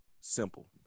simple